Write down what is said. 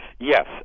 yes